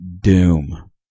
Doom